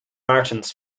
martins